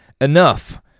enough